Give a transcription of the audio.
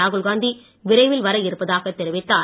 ராகுல் காந்தி விரைவில் வர இருப்பதாகத் தெரிவித்தார்